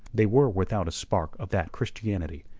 they were without a spark of that christianity,